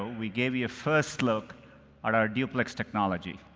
we gave you a first look at our duplex technology.